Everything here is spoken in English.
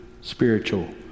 spiritual